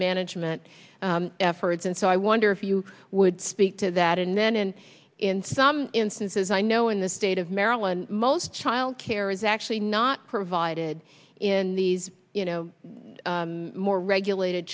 management efforts and so i wonder if you would speak to that and then and in some instances i know in the state of maryland most childcare is actually not provided in these you know more regulated